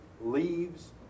leaves